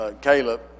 Caleb